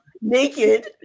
naked